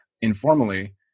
Informally